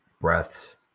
breaths